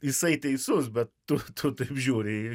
jisai teisus bet tu tu taip žiūri